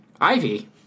Ivy